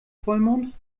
vollmond